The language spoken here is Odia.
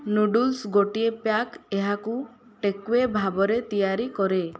ନୁଡୁଲ୍ସ ଗୋଟିଏ ପ୍ୟାକ୍ ଏହାକୁ ଟେକ୍ୱେ ଭାବରେ ତିଆରି କରେ